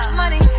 money